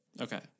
Okay